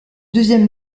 deuxième